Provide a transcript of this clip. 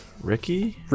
Ricky